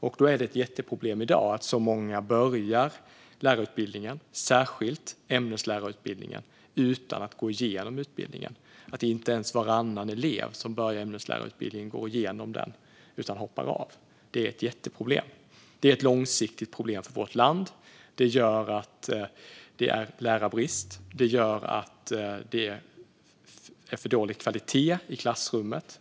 Det är ett jätteproblem i dag att så många börjar lärarutbildningen, särskilt ämneslärarutbildningen, utan att fullfölja den. Inte ens varannan elev som påbörjar ämneslärarutbildningen går igenom den utan hoppar av. Detta är ett långsiktigt problem för vårt land. Det gör att det är lärarbrist. Det gör att det är för dålig kvalitet i klassrummen.